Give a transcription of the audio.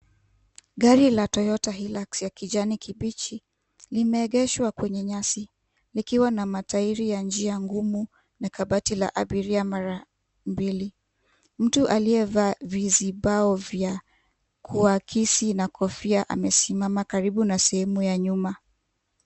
Gari la Toyota Hillux la kijani kibichi limeegeshwa kwenye nyasi, likiwa na matairi ya njia ngumu na kabati la abiria mara mbili , mtu aliyevaa vizibao vya kuakisi na kofia amesimama karibu na sehemu ya nyuma.